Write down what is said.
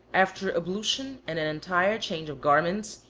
after ablution and an entire change of garments,